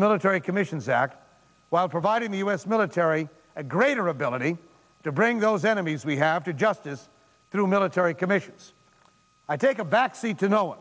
the military commissions act while providing the us military a greater ability to bring those enemies we have to justice through military commissions i take a back seat to no one